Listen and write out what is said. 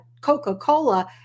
Coca-Cola